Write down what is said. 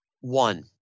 One